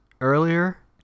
earlier